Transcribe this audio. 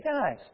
guys